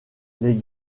des